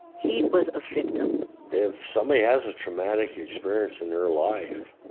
he was a victim if somebody has a traumatic experience in their life,